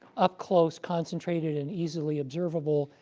up close, concentrated, and easily observable,